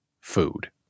food